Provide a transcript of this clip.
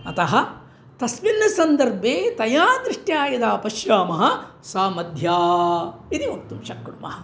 अतः तस्मिन् सन्दर्भे तया दृष्ट्या यदा पश्यामः सा मध्या इति वक्तुं शक्नुमः